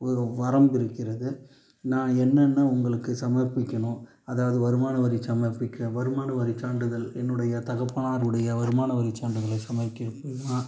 ஒரு வரம்பிருக்கிறது நான் என்னென்ன உங்களுக்கு சமர்ப்பிக்கணும் அதாவது வருமான வரி சமர்ப்பிக்க வருமான வரி சான்றிதழ் என்னுடைய தகப்பனாருடைய வருமான வரி சான்றிதழை சமர்ப்பிக்கணுமா